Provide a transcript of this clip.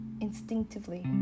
instinctively